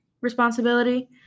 responsibility